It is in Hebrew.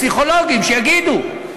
פסיכולוגים שיגידו,